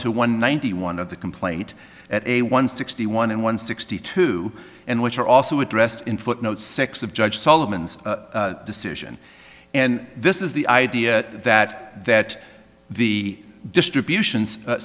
one ninety one of the complaint at a one sixty one and one sixty two and which are also addressed in footnote six of judge solomon's decision and this is the idea that that the distribution